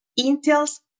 Intel's